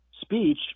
speech